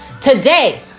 Today